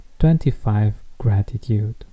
25GRATITUDE